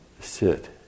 sit